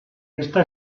esta